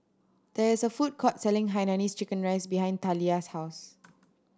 there is a food court selling Hainanese chicken rice behind Taliyah's house